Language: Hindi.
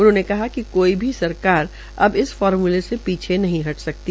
उन्होंने कहा कि कोई भी सरकार अब इस फार्मूले से पीछे नहीं हट सकती